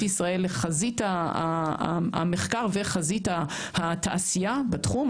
ישראל לחזית המחקר וחזית התעשייה בתחום.